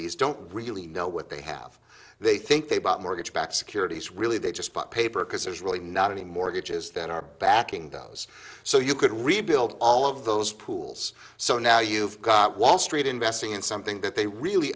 these don't really know what they have they think they bought mortgage backed securities really they just bought paper because there's really not any mortgages that are backing those so you could rebuild all of those pools so now you've got wall street investing in something that they really